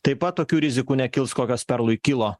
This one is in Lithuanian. taip pat tokių rizikų nekils kokios perlui kilo